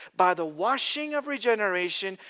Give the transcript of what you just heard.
by the washing of regeneration,